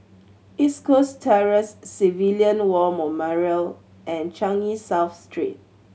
East Coast Terrace Civilian War Memorial and Changi South Street